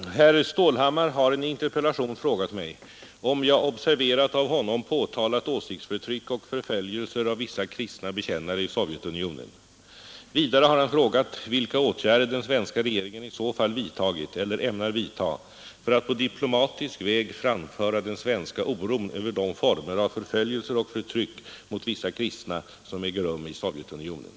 Herr talman! Herr Stålhammar har i en interpellation frågat mig om jag observerat av honom påtalat åsiktsförtryck och förföljelser av vissa kristna bekännare i Sovjetunionen. Vidare har han frågat vilka åtgärder den svenska regeringen i så fall vidtagit eller ämnar vidta för att på diplomatisk väg framföra den svenska oron över de former av förföljelser och förtryck mot vissa kristna som äger rum i Sovjetunionen.